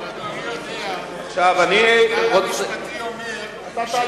אבל אדוני יודע שהכלל המשפטי אומר שאין